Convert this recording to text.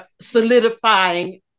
solidifying